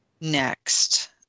next